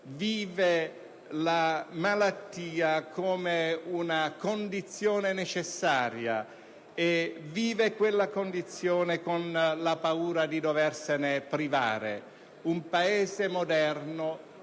vive la malattia come una condizione necessaria, peraltro con la paura di doversene privare. Un Paese moderno